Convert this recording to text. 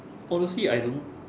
honestly I don't